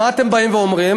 מה אתם באים ואומרים?